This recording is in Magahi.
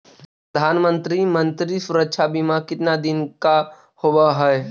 प्रधानमंत्री मंत्री सुरक्षा बिमा कितना दिन का होबय है?